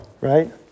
Right